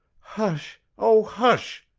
hush! oh, hush!